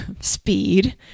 speed